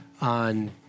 on